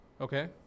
Okay